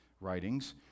writings